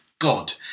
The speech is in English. God